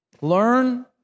Learn